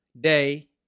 day